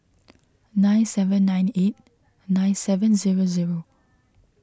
nine seven nine eight nine seven zero zero